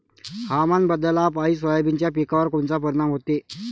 हवामान बदलापायी सोयाबीनच्या पिकावर कोनचा परिणाम होते?